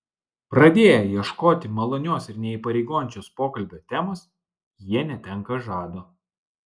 pradėję ieškoti malonios ir neįpareigojančios pokalbio temos jie netenka žado